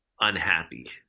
unhappy